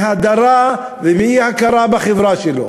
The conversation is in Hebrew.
מהדרה ומאי-הכרה בחברה שלו.